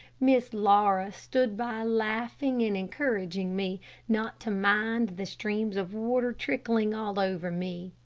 miss laura stood by laughing and encouraging me not to mind the streams of water trickling all over me.